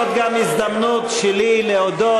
זאת גם הזדמנות שלי להודות,